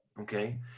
okay